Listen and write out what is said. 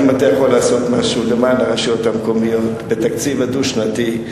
אם אתה יכול לעשות משהו למען הרשויות המקומיות בתקציב הדו-שנתי,